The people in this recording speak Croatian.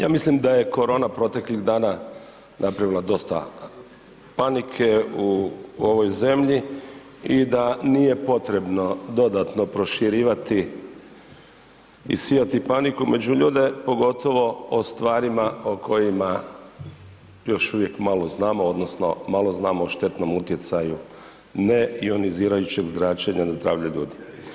Ja mislim da je korona proteklih dana napravila dosta panike u ovoj zemlji i da nije potrebno dodatno proširivati i sijati paniku među ljude pogotovo o stvarima o kojima još uvijek malo znamo odnosno malo znamo o štetnom utjecaju neionizirajućeg zračenja na zdravlje ljudi.